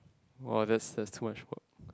oh just just too much for